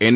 N